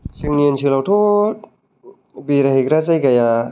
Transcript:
जोंनि आनसोलाव थ' बेरायहैग्रा जायगाया